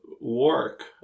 work